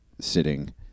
sitting